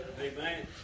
Amen